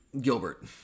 Gilbert